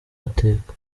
mateka